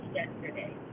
yesterday